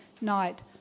night